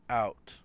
out